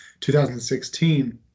2016